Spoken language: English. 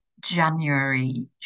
january